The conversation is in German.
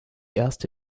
erste